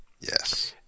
Yes